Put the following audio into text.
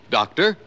doctor